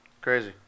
Crazy